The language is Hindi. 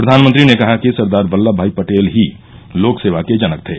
प्रधानमंत्री ने कहा कि सरदार वल्लम भाई पटेल ही लोक सेवा के जनक थे